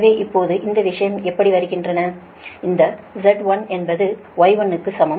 எனவே இப்போது இந்த 2 விஷயங்கள் எப்படி வருகின்றன இந்த Z1 என்பது Y12 க்கு சமம்